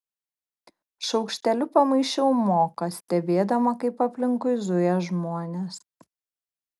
šaukšteliu pamaišiau moką stebėdama kaip aplinkui zuja žmonės